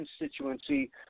constituency